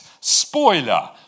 spoiler